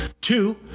Two